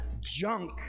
junk